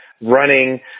running